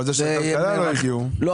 אבל זה שמשרד הכלכלה לא הגיע -- אני